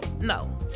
no